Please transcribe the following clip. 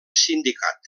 sindicat